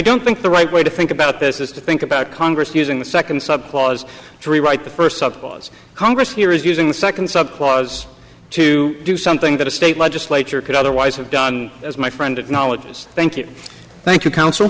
don't think the right way to think about this is to think about congress using the second subclause to rewrite the first up was congress here is using the second subclause to do something that a state legislature could otherwise have done as my friend acknowledges thank you thank you counsel